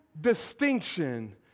distinction